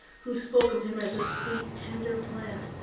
who spoke of him as a sweet, tender plant,